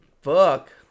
Fuck